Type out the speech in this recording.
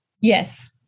Yes